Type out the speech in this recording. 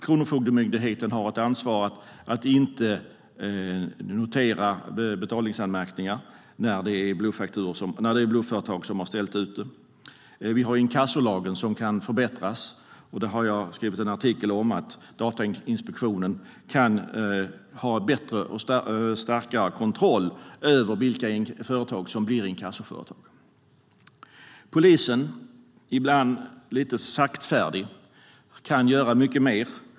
Kronofogdemyndigheten har ett ansvar att inte notera betalningsanmärkningar när det är blufföretag som har ställt ut fakturan. Vi har inkassolagen som kan förbättras, och jag har skrivit en artikel om att Datainspektionen kan ha bättre och starkare kontroll över vilka företag som blir inkassoföretag. Polisen, ibland lite saktfärdig, kan göra mycket mer.